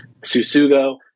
Susugo